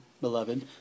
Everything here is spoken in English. Beloved